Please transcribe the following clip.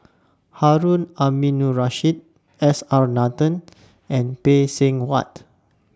Harun Aminurrashid S R Nathan and Phay Seng Whatt